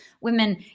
women